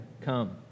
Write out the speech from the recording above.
come